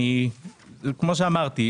כמו שאמרתי,